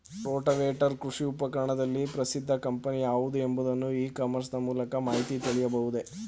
Rotavator ಕೃಷಿ ಉಪಕರಣದಲ್ಲಿ ಪ್ರಸಿದ್ದ ಕಂಪನಿ ಯಾವುದು ಎಂಬುದನ್ನು ಇ ಕಾಮರ್ಸ್ ನ ಮೂಲಕ ಮಾಹಿತಿ ತಿಳಿಯಬಹುದೇ?